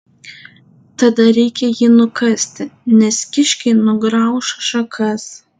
tada reikia jį nukasti nes kiškiai nugrauš šakas